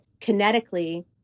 kinetically